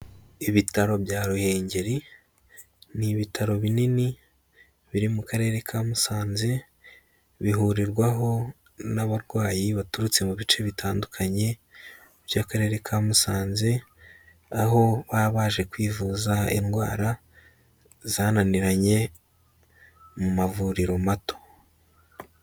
Ibitaro bya Ruhengeri ni ibitaro binini biri mu karere ka Musanze, bihurirwaho n'abarwayi baturutse mu bice bitandukanye by'akarere ka Musanze, aho baba baje kwivuza indwara zananiranye mu mavuriro mato.